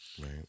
Right